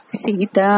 Sita